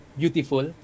beautiful